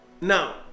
Now